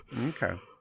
Okay